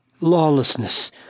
lawlessness